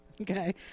okay